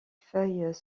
feuilles